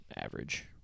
Average